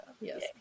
Yes